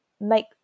make